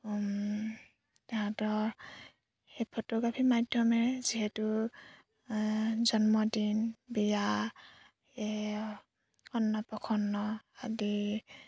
তাহাঁতৰ সেই ফটোগ্ৰাফীৰ মাধ্যমেৰে যিহেতু জন্মদিন বিয়া অন্নপ্ৰসন্ন আদি